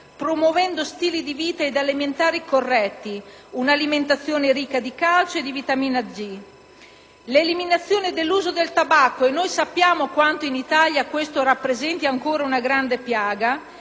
promuovendo stili di vita ed alimentari corretti, un'alimentazione ricca di calcio e di vitamina D, l'eliminazione dell'uso del tabacco - e noi sappiamo quanto questo rappresenti ancora una grande piaga